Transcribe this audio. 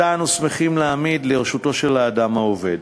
ואנו שמחים להעמיד אותה לרשותו של האדם העובד.